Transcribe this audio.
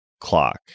clock